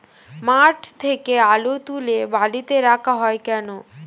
মাঠ থেকে আলু তুলে বালিতে রাখা হয় কেন?